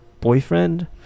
boyfriend